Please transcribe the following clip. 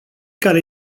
care